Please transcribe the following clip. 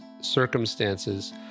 circumstances